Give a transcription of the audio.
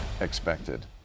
expected